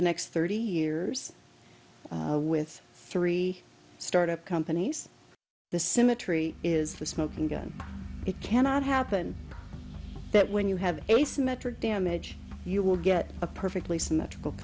the next thirty years with three startup companies the symmetry is the smoking gun it cannot happen that when you have a symmetric damage you will get a perfectly symmetrical